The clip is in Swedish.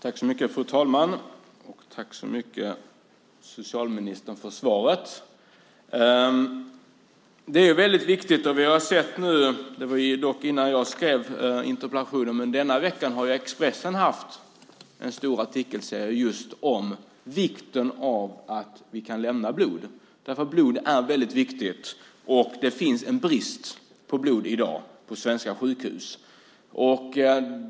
Fru talman! Tack så mycket, socialministern, för svaret! Denna vecka har Expressen haft en stor artikelserie om vikten av att vi kan lämna blod. Blod är viktigt, och det finns brist på blod i dag på svenska sjukhus.